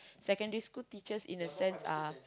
secondary school teachers in a sense are